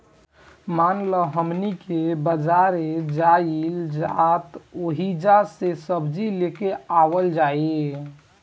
मान ल हमनी के बजारे जाइल जाइत ओहिजा से सब्जी लेके आवल जाई